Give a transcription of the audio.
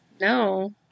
no